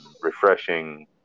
refreshing